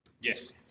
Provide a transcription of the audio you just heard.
Yes